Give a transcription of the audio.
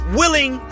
willing